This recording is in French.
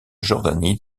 jordanie